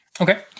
Okay